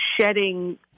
shedding